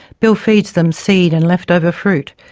bill feeds them seed and leftover fruit.